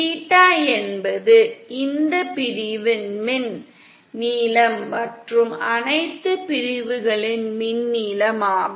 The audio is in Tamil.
தீட்டா என்பது இந்த பிரிவின் மின் நீளம் மற்றும் அனைத்து பிரிவுகளின் மின் நீளம் ஆகும்